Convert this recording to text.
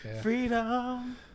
Freedom